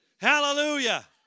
Hallelujah